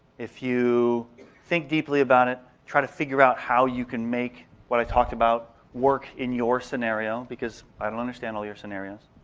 if you think deeply about it, try to figure out how you can make what i talked about work in your scenario. because i don't understand all your scenarios.